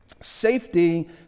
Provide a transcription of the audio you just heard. Safety